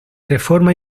reforma